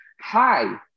hi